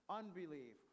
unbelief